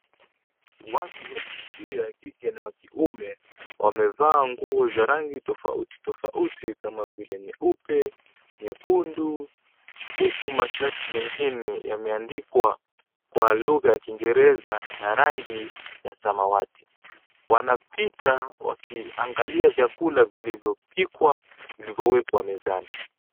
Watu wa jinsia ya kike na ya kiume wamevaa nguo za rangi tofauti tofauti kama vile nyeupe, nyekundu, huku mashati mengine yameandikwa kwa lugha ya Kiingereza na rangi ya samawati. Wanapita wakiangalia vyakula vilivyopikwa, vilivyowekwa mezani.